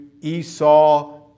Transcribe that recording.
Esau